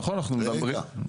נכון, אנחנו מדברים --- רגע.